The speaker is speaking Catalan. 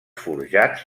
forjats